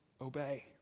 obey